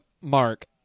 Mark